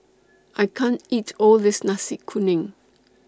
I can't eat All of This Nasi Kuning